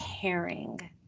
caring